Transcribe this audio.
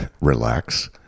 relax